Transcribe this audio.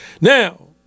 Now